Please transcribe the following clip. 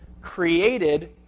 created